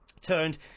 turned